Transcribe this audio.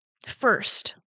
first